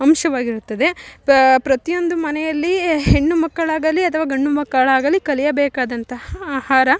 ಅಂಶವಾಗಿರುತ್ತದೆ ಪ್ರತಿಯೊಂದು ಮನೆಯಲ್ಲಿ ಹೆಣ್ಣು ಮಕ್ಕಳಾಗಲಿ ಅಥವಾ ಗಂಡು ಮಕ್ಕಳಾಗಲಿ ಕಲಿಯ ಬೇಕಾದಂತಹ ಆಹಾರ